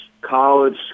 college